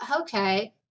okay